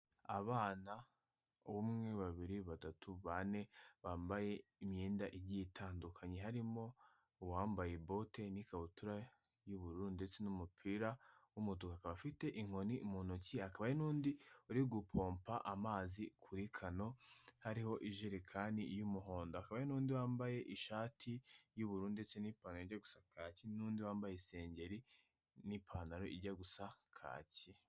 Abana umwe babiri batatu bane bambaye imyenda igiye itandukanye harimo uwambaye bote n'ikabutura y'ubururu ndetse n'umupira w'umutuku. Akaba afite inkoni mu ntoki, hakaba hari n'undi urigupopa amazi kuri kano hariho ijerekani y'umuhondo. Hakaba hari n'undi wambaye ishati y'ubururu ndetse n'ipantaro ijya gusa kaki n'undi wambaye isengeri n'ipantaro ijya gusa kaki.